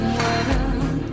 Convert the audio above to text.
world